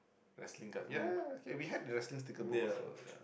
wrestling card ya ya ya K we have the wrestling sticker book also ya